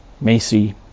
Macy